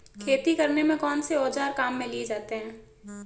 खेती करने में कौनसे औज़ार काम में लिए जाते हैं?